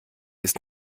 ist